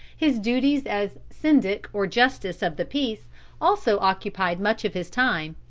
his duties as syndic or justice of the peace also occupied much of his time,